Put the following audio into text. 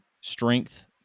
strength